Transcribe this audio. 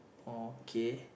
okay